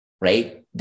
right